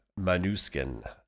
Manuskin